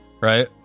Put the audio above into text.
Right